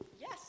Yes